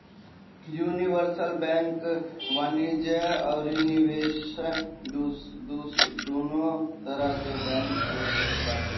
universal bank वाणिज्य अउरी निवेश दूनो तरह के बैंक होत बाटे